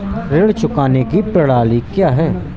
ऋण चुकाने की प्रणाली क्या है?